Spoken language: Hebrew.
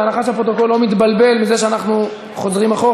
בהנחה שהפרוטוקול לא מתבלבל מזה שאנחנו חוזרים אחורה,